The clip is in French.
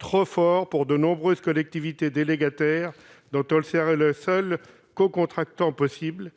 trop fort pour de nombreuses collectivités délégataires dont elle serait le seul cocontractant possible.